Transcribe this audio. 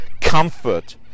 comfort